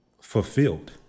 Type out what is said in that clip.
fulfilled